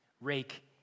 rake